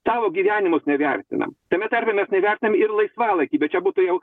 tavo gyvenimus nevertinam tame tarpe mes nevertinam ir laisvalaikį bet čia būtų jau